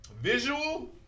Visual